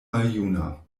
maljuna